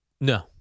No